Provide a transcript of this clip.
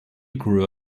grew